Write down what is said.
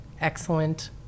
excellent